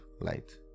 light